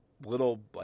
little